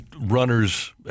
runners